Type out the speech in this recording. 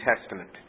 Testament